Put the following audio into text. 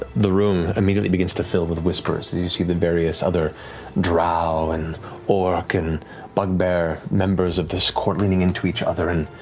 the room immediately begins to fill with whispers as you see the various other drow and orc and bugbear members of this court leaning into each other and